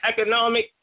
economic